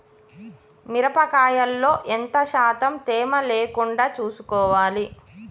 మిరప కాయల్లో ఎంత శాతం తేమ లేకుండా చూసుకోవాలి?